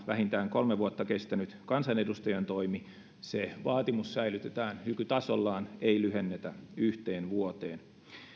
vähintään kolme vuotta kestänyt kansanedustajan toimi säilytetään nykytasollaan eikä lyhennetä yhteen vuoteen